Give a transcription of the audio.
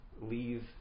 leave